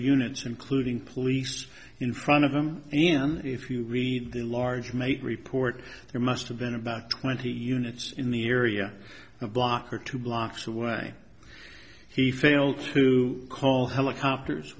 units including police in front of them and if you read the large make report there must have been about twenty units in the area a block or two blocks away he failed to call helicopters